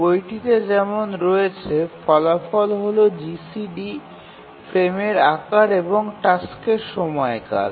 বইটিতে যেমন রয়েছে ফলাফল হল জিসিডি ফ্রেমের আকার এবং টাস্কের সময়কাল